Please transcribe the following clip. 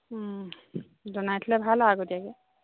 জনাই থ'লে ভাল আৰু আগতীয়াকৈ